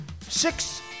six